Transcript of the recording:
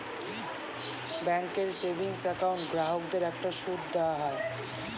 ব্যাঙ্কের savings account গ্রাহকদের একটা সুদ দেওয়া হয়